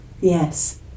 Yes